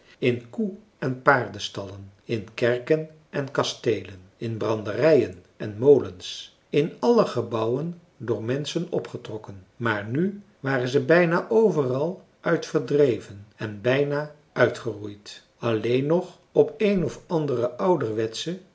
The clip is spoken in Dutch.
in koe en paardenstallen in kerken en kasteelen in branderijen en molens in alle gebouwen door menschen opgetrokken maar nu waren ze bijna overal uit verdreven en bijna uitgeroeid alleen nog op een of andere ouderwetsche